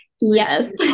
Yes